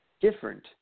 different